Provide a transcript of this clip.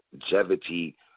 longevity